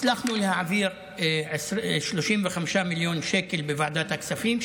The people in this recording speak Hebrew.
הצלחנו להעביר 35 מיליון שקל שאישרה ועדת הכספים,